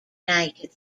united